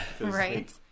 Right